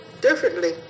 differently